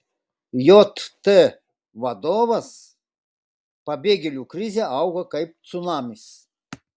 jt vadovas pabėgėlių krizė auga kaip cunamis